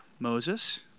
Moses